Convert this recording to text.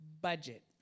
budget